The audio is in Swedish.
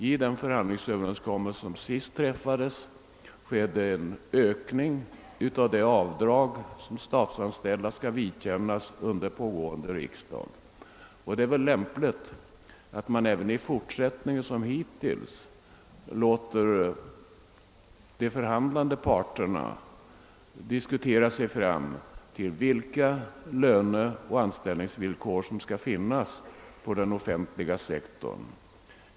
I den förhandlingsöverenskommelse som träffades senast höjdes de avdrag som statsanställda skall vidkännas under pågående riksdag. Det är väl lämpligt att man även i fortsättningen låter de förhandlande parterna diskutera sig fram till löneoch anställningsvillkoren inom den offentliga sektorn.